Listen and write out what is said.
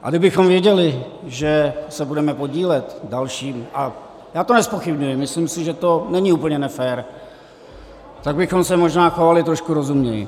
A kdybychom věděli, že se budeme podílet dalším, a já to nezpochybňuji, myslím si, že to není úplně nefér, tak bychom se možná chovali trošku rozumněji.